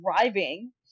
driving